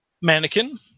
mannequin